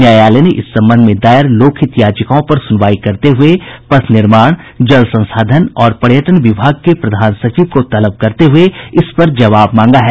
न्यायालय ने इस संबंध में दायर लोक हित याचिकाओं पर सुनवाई करते हुये पथ निर्माण जल संसाधन और पर्यटन विभाग के प्रधान सचिव को तलब करते हुये इस पर जवाब मांगा है